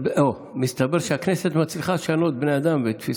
מסתבר שהכנסת מצליחה לשנות בן אדם בתפיסתו.